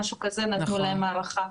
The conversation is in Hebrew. נתנו להם הארכה.